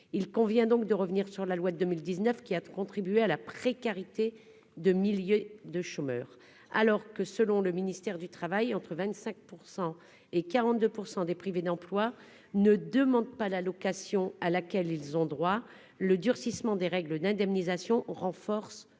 il convient donc de revenir sur la loi de 2019 qui a contribué à la précarité de milliers de chômeurs alors que, selon le ministère du Travail, entre 25 % et 42 % des privés d'emploi ne demande pas la location à laquelle ils ont droit, le durcissement des règles d'indemnisation renforce le non